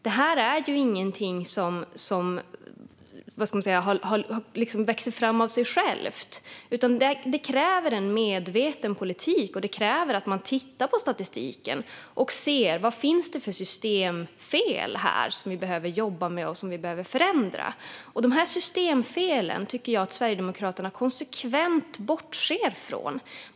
Detta är inget som har växt fram av sig självt, utan det kräver en medveten politik och att man tittar på statistiken för att se vad det finns för systemfel som vi behöver jobba med och förändra. Dessa systemfel tycker jag att Sverigedemokraterna konsekvent bortser från.